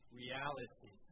reality